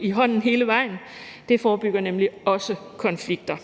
i hånden hele vejen. Det forebygger nemlig også konflikter.